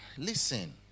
Listen